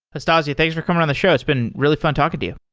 astasia, thanks for coming on the show. it's been really fun talking to you.